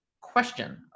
question